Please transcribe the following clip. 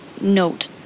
Note